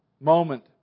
moment